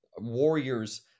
warriors